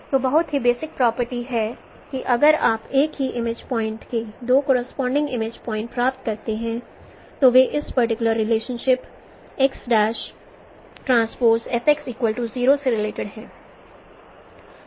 तो बहुत ही बेसिक प्रॉपर्टी है कि अगर आप एक ही इमेज पॉइंट् के दो करोसपोंडिंग इमेज पॉइंट्स प्राप्त करते हैं तो वे इस पर्टिकुलर रिलेशनशिप x'TFx0 से रिलेटिड हैं